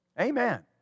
Amen